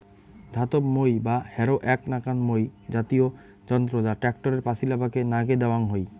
ধাতব মই বা হ্যারো এ্যাক নাকান মই জাতীয় যন্ত্র যা ট্যাক্টরের পাচিলাপাকে নাগে দ্যাওয়াং হই